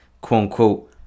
quote-unquote